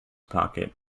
pocket